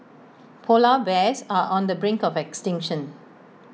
Polar Bears are on the brink of extinction